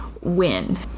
Win